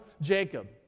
Jacob